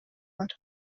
бар